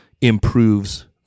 improves